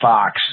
Fox